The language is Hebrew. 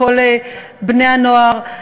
מכל בני-הנוער.